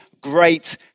great